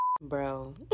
Bro